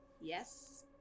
yes